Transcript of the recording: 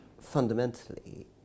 fundamentally